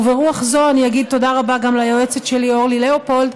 ברוח זו אני אגיד תודה רבה גם ליועצת שלי אורלי לאופולד.